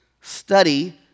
study